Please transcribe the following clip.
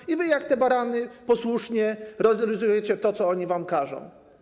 I wy jak te barany posłusznie realizujecie to, co oni wam każą.